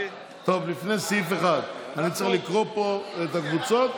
לפני סעיף 1, אני צריך לקרוא את הקבוצות?